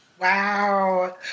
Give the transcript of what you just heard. Wow